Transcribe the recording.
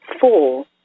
Four